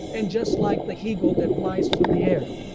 and just like the he goat that flies through the air.